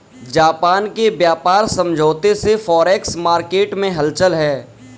Japan के व्यापार समझौते से फॉरेक्स मार्केट में हलचल है